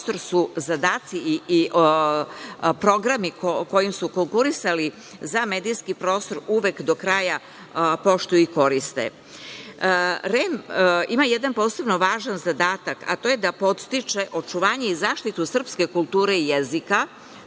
su zadaci i programi kojim su konkurisali za medijski prostor uvek do kraja poštuju i koriste. Regulatorno telo za elektronske medije ima jedan posebno važan zadatak, a to je da podstiče očuvanje i zaštitu srpske kulture i jezika,